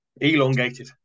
Elongated